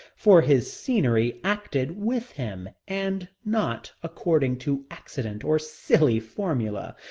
for his scenery acted with him, and not according to accident or silly formula.